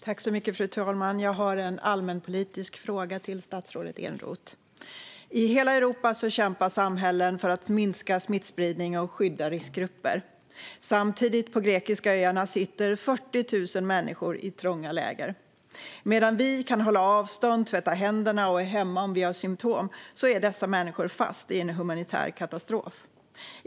Fru talman! Jag har en allmänpolitisk fråga till statsrådet Eneroth. I hela Europa kämpar samhällen för att minska smittspridningen och skydda riskgrupper. Samtidigt sitter på de grekiska öarna 40 000 människor i trånga läger. Medan vi kan hålla avstånd och tvätta händerna och är hemma om vi har symtom är dessa människor fast i en humanitär katastrof.